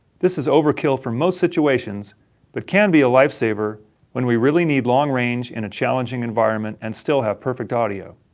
this is overkill for most situations but can be a lifesaver when we really need long range in a challenging environment and still have perfect audio.